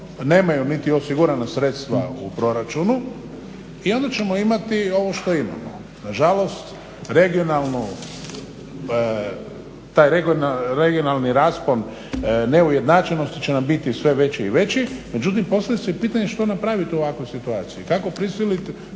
nemaju niti osigurana sredstva u proračunu i onda ćemo imati ovo što imamo. Nažalost, taj regionalni raspon neujednačenosti će nam biti sve veći i veći, međutim postavlja se pitanje što napravit u ovakvoj situaciji i kako prisiliti